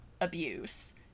abuse